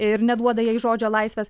ir neduoda jai žodžio laisvės